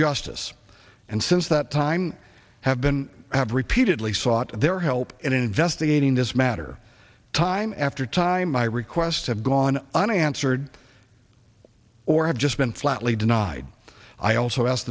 justice and since that time have been have repeatedly sought their help in investigating this matter time after time my requests have gone unanswered or have just been flatly denied i also asked